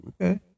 Okay